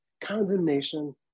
condemnation